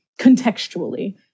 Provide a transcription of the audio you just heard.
contextually